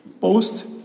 post